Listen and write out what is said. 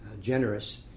generous